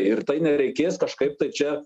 ir tai nereikės kažkaip tai čia